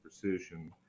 precision